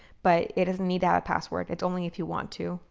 but it doesn't need ah a password. it's only if you want to,